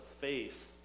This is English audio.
face